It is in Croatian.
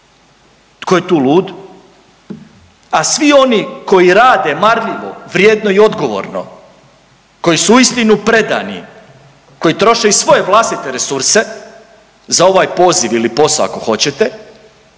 tko je tu lud, a svi oni koji rade marljivo, vrijedno i odgovorno, koji su uistinu predani, koji troše i svoje vlastite resurse za ovaj poziv ili posao ako hoćete,